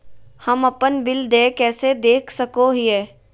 हम अपन बिल देय कैसे देख सको हियै?